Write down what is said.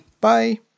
Bye